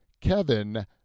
Kevin